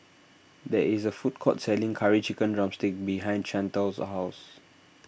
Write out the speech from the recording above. there is a food court selling Curry Chicken Drumstick behind Chantal's house